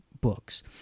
books